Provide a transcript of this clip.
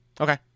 Okay